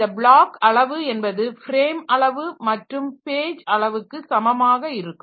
இந்த பிளாக் அளவு என்பது ஃப்ரேம் அளவு மற்றும் பேஜ் அளவுக்கு சமமாக இருக்கும்